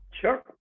Sure